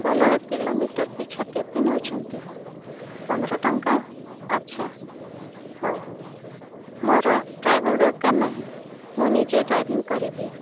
Bolero kilometre ପିଛା କେତେ ନେଉଛନ୍ତି ପନ୍ଦର ଟଙ୍କା ଆଚ୍ଛା ହଉ ହଉ ମୋର ଡ୍ରାଇଭର ଦରକାର ନାହିଁ ମୁଁ ନିଜେ ଡ୍ରାଇଭିଂ କରିବି